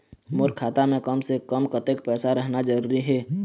मोर खाता मे कम से से कम कतेक पैसा रहना जरूरी हे?